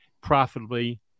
profitably